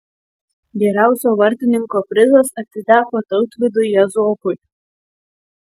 geriausio vartininko prizas atiteko tautvydui jazokui